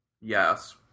yes